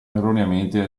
erroneamente